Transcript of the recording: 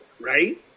right